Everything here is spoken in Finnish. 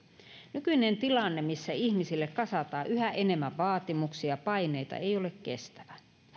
nykyinen tilanne missä ihmisille kasataan yhä enemmän vaatimuksia ja paineita ei ole kestävä